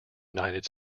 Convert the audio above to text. united